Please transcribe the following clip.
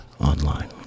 online